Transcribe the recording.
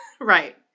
Right